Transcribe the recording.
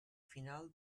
final